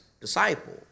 disciple